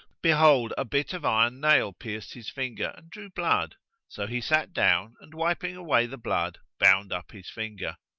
behold, a bit of iron nail pierced his finger and drew blood so he sat down and wiping away the blood, bound up his finger.